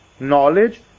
Knowledge